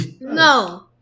No